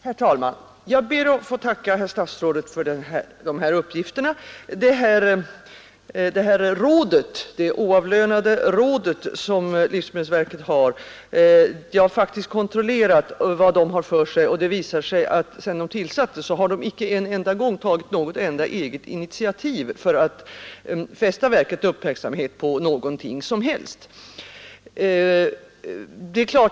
Herr talman! Jag ber att få tacka herr statsrådet för de här uppgifterna om det oavlönade rådet som livsmedelsverket har. Jag har faktiskt kontrollerat vad rådet haft för sig, och det visar sig att sedan det tillsattes har det icke en enda gång tagit något eget initiativ för att fästa verkets uppmärksamhet på någonting som helst.